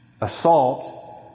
assault